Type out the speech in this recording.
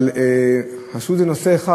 אבל עשו את זה נושא אחד,